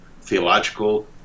theological